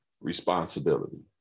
responsibility